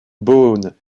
beaune